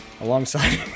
alongside